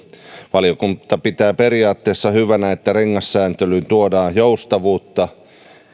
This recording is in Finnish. valiokunta pitää periaatteessa hyvänä että rengassääntelyyn tuodaan joustavuutta